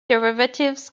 derivatives